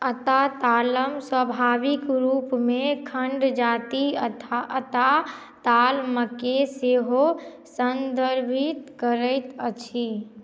अता तालम स्वाभाविक रूपमे खण्ड जाति अता तालमके सेहो सन्दर्भित करैत अछि